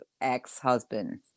ex-husband